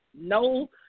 no